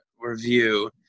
review